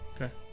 Okay